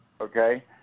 Okay